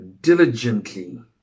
Diligently